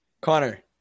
Connor